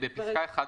בפסקה (1)